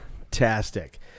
Fantastic